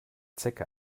zecke